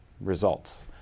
results